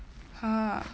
!huh!